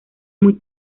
muy